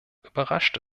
überrascht